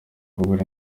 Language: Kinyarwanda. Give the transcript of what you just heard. kugura